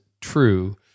true